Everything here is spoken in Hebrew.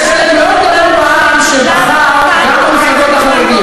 יש חלק מאוד גדול בעם שבחר גם במפלגות החרדיות.